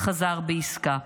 חזר בעסקה.